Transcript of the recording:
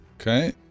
Okay